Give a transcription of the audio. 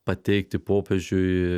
pateikti popiežiui